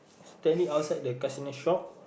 standing outside the casino shop